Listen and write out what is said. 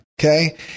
Okay